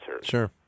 Sure